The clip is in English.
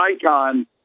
icon